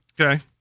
Okay